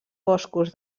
boscos